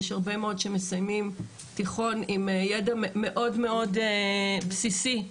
יש הרבה מאוד שמסיימים תיכן הוא ידע מאוד מאד בסיסי,